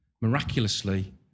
miraculously